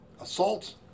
assault